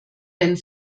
wenn